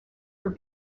for